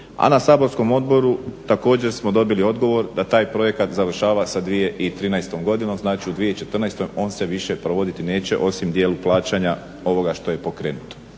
a na saborskom odboru također smo dobili odgovor da taj projekt završava sa 2013. godinom, znači u 2014. on se više provoditi neće osim u dijelu plaćanja ovoga što je pokrenuto.